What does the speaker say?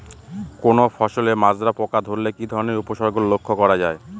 কোনো ফসলে মাজরা পোকা ধরলে কি ধরণের উপসর্গ লক্ষ্য করা যায়?